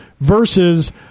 versus